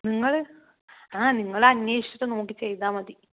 നിങ്ങൾ ആഹ് നിങ്ങളന്വേഷിച്ചിട്ട് നോക്കി ചെയ്താൽ മതി